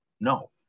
no